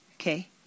Okay